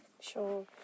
Sure